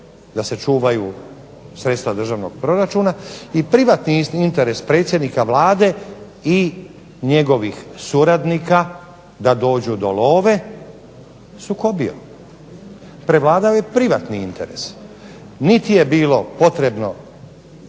da se čuvaju sredstva državnog proračuna i privatni interes predsjednika Vlade i njegovih suradnika da dođu do love, sukobio. Prevladao je privatni interes. Niti je bilo potrebno